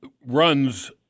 runs